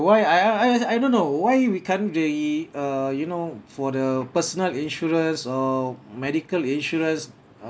why I I I I don't know why we can't re~ err you know for the personal insurance or medical insurance